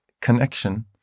connection